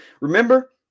Remember